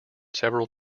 several